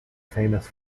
famous